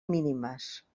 mínimes